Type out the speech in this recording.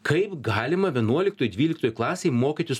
kaip galima vienuoliktoj dvyliktoj klasėj mokytis